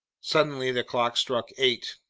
suddenly the clock struck eight.